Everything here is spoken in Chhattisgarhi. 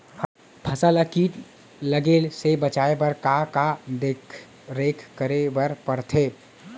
फसल ला किट लगे से बचाए बर, का का देखरेख करे बर परथे?